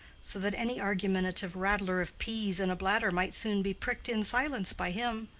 so that any argumentative rattler of peas in a bladder might soon be pricked in silence by him.